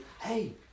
Hey